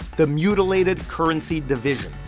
the mutilated currency division.